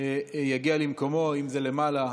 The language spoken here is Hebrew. יגיע למקומו, אם זה למעלה,